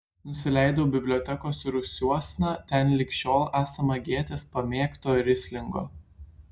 nusileidau bibliotekos rūsiuosna ten lig šiol esama gėtės pamėgto rislingo